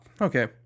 okay